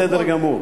וזה בסדר גמור.